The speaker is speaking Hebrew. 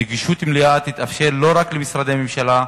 נגישות מלאה תהיה לא רק למשרדי הממשלה,